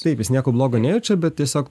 taip jis nieko blogo nejaučia bet tiesiog